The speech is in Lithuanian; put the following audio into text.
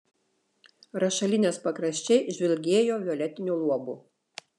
rašalinės pakraščiai žvilgėjo violetiniu luobu